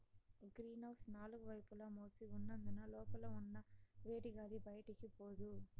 green house నాలుగు వైపులా మూసి ఉన్నందున లోపల ఉన్న వేడిగాలి బయటికి పోదు